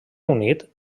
unit